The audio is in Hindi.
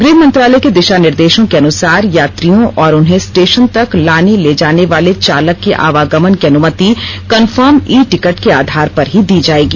गृह मंत्रालय के दिशा निर्देशों के अनुसार यात्रियों और उन्हें स्टेशन तक लाने ले जाने वाले चालक के आवागमन की अनुमति कन्फर्म ई टिकट के आधार पर ही दी जाएगी